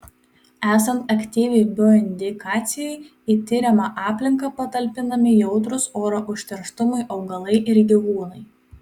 esant aktyviai bioindikacijai į tiriama aplinką patalpinami jautrūs oro užterštumui augalai ir gyvūnai